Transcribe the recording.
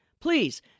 Please